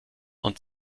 und